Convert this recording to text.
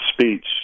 speech